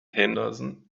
henderson